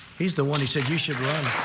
he's the one who said you should run.